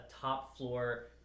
top-floor